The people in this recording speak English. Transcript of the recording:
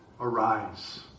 arise